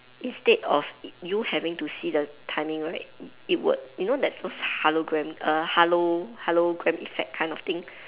instead of you having to see the timing right it would you know there's those hologram err holo~ hologram effect kind of thing